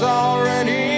already